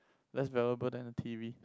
less valuable than a t_v